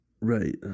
Right